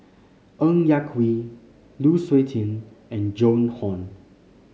Ng Yak Whee Lu Suitin and Joan Hon